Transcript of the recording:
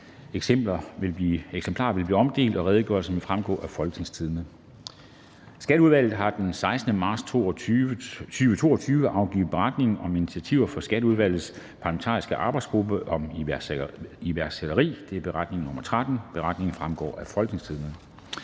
Eksemplarer vil blive omdelt, og redegørelsen vil fremgå af www.folketingstidende.dk. Skatteudvalget har den 16. marts 2022 afgivet Beretning om initiativer fra Skatteudvalgets parlamentariske arbejdsgruppe om iværksætteri. (Beretning nr. 13). Beretningen vil fremgå af www.folketingstidende.dk.